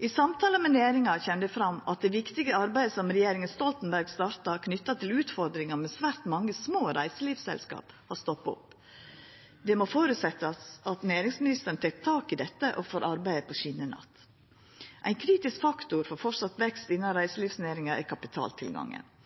I samtalar med næringa kjem det fram at det viktige arbeidet som regjeringa Stoltenberg starta, knytt til utfordringar med svært mange små reiselivsselskap, har stoppa opp. Ein må føresetja at næringsministeren tek tak i dette og får arbeidet på skjener att. Ein kritisk faktor for vidare vekst innan reiselivsnæringa er kapitaltilgangen.